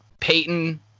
Peyton